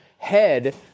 Head